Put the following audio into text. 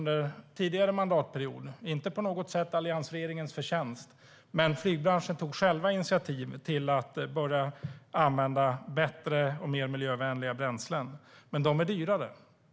Det var inte alliansregeringens förtjänst, men flygbranschen tog själva initiativ till att börja använda bättre och mer miljövänliga bränslen. Dessa är dock dyrare.